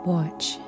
Watch